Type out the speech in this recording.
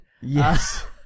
Yes